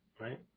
right